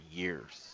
years